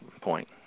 point